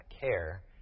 care